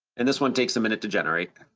and this one takes a minute to generate.